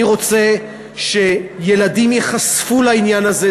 אני רוצה שילדים ייחשפו לעניין הזה.